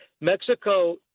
Mexico